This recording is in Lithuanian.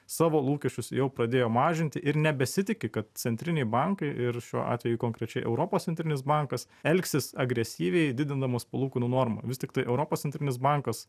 savo lūkesčius jau pradėjo mažinti ir nebesitiki kad centriniai bankai ir šiuo atveju konkrečiai europos centrinis bankas elgsis agresyviai didinamos palūkanų normą vis tiktai europos centrinis bankas